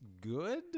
good